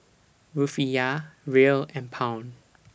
Rufiyaa Riel and Pound